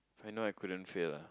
you know I couldn't fail ah